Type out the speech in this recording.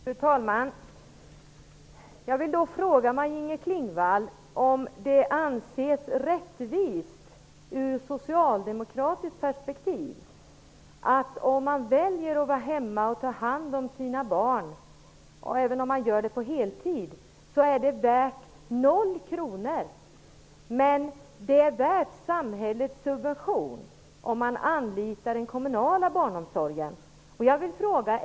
Fru talman! Jag vill då fråga Maj-Inger Klingvall om det anses rättvist ur socialdemokratiskt perspektiv att om man väljer att vara hemma och ta hand om sina barn -- även om man gör det på heltid -- är det värt 0 kr, men om man anlitar den kommunala barnomsorgen subventioneras detta av samhället.